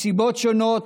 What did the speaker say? מסיבות שונות,